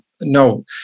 No